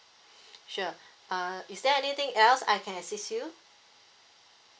sure uh is there anything else I can assist you